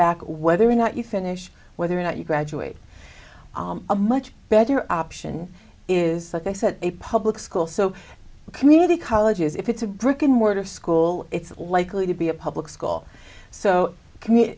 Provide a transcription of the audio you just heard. back whether or not you finish whether or not you graduate a much better option is that they set a public school so community colleges if it's a brick and mortar school it's likely to be a public school so commu